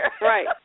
Right